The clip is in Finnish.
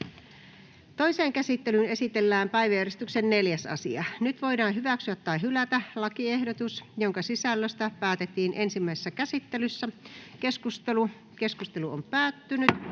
Toiseen käsittelyyn esitellään päiväjärjestyksen 6. asia. Nyt voidaan hyväksyä tai hylätä lakiehdotus, jonka sisällöstä päätettiin ensimmäisessä käsittelyssä. — Keskustelu, edustaja